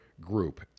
group